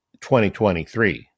2023